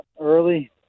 early